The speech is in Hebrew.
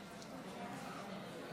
51 נגד.